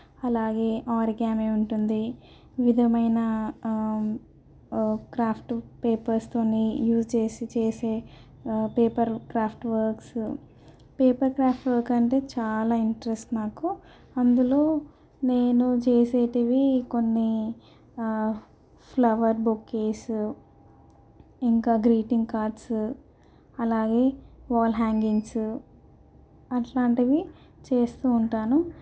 అలాగే ఆరుగామి ఉంటుంది విధమైన క్రాఫ్ట్ పేపర్స్తో యూజ్ చేసి చేసే paper craft works paper craft work అంటే చాలా ఇంట్రెస్ట్ నాకు అందులో నేను చేసేవి కొన్ని ఫ్లవర్ బొకేసు ఇంకా గ్రీటింగ్ కార్డ్స్ అలాగే వాల్ హ్యాంగింగ్స్ అట్లాంటివి చేస్తూ ఉంటాను